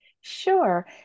sure